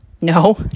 No